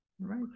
right